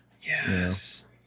Yes